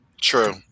True